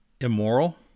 immoral